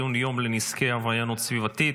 יום לנזקי עבריינות סביבתית.